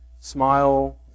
Smile